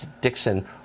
Dixon